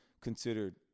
considered